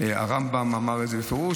הרמב"ם אמר את זה בפירוש,